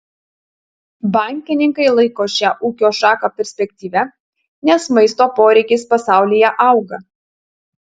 bankininkai laiko šią ūkio šaką perspektyvia nes maisto poreikis pasaulyje auga